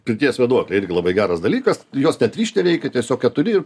pirties vėduoklė irgi labai geras dalykas jos net rišt reikia tiesiog keturi ir